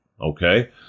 okay